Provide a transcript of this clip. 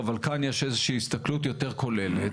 אבל כאן יש איזושהי הסתכלות יותר כוללת,